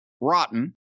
rotten